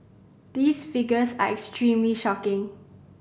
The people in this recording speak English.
these figures are extremely shocking